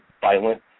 violent